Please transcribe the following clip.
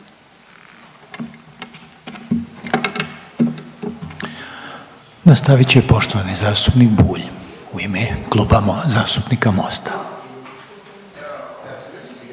Nastavit će poštovani zastupnik Bulj u ime Kluba zastupnika MOST-a.